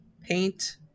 Paint